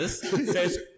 says